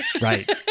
Right